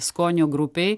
skonio grupei